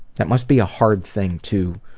that must be a hard thing to